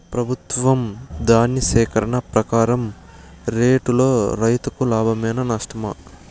ప్రభుత్వం ధాన్య సేకరణ ప్రకారం రేటులో రైతుకు లాభమేనా నష్టమా?